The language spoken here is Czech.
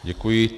Děkuji.